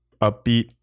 upbeat